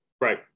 Right